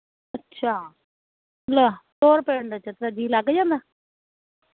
ਅੱਛਾ ਲੈ ਹੋਰ ਪਿੰਡ 'ਚ ਜੀ ਲੱਗ ਜਾਂਦਾ